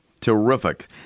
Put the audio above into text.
Terrific